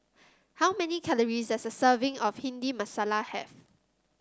how many calories does a serving of Bhindi Masala have